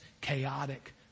chaotic